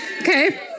Okay